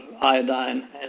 iodine